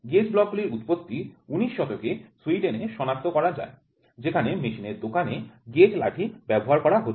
gauge block গুলির উৎপত্তি ১৮ শতকে সুইডেনে সনাক্ত করা যায় যেখানে মেশিনের দোকানে গেজ লাঠি ব্যবহার করা হত